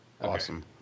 Awesome